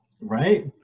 right